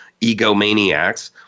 egomaniacs